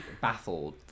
baffled